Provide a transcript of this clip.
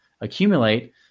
accumulate